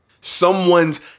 Someone's